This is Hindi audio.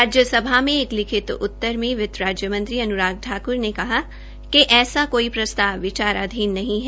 राज्यसभा में एक लिखित उत्तर में वित्त राज्य मंत्री अनुराग ठाकृर ने कहा कि ऐसा कोई प्रस्ताव विचाराधीन नहीं है